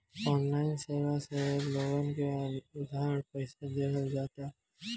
online सेवा से लोगन के उधार पईसा देहल जाला